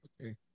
Okay